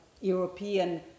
European